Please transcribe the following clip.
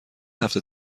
هفته